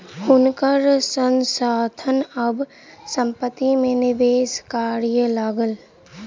हुनकर संस्थान आब संपत्ति में निवेश करय लागल